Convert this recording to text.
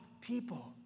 people